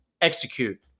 Execute